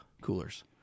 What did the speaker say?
coolers